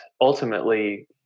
ultimately